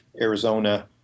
Arizona